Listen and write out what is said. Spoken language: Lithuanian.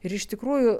ir iš tikrųjų